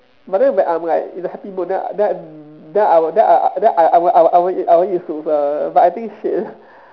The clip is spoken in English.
but then if I'm like in a happy mood then I then I then I w~ then I I then I I won't I I won't eat I won't eat soup also but I think shit